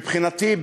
מבחינתי,